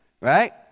Right